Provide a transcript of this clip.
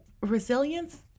resilience